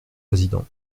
président